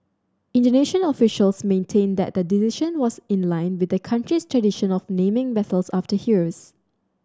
Indonesian officials maintained that the decision was in line with the country's tradition of naming vessels after heroes